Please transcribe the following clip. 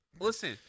Listen